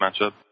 matchup